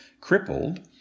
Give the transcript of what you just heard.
crippled